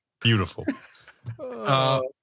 beautiful